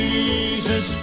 Jesus